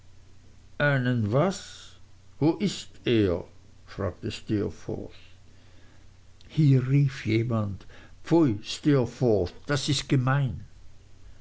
einen was wo ist er fragte steerforth hier rief jemand pfui steerforth das ist gemein